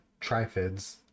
trifids